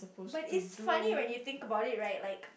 but is funny when you think about it right like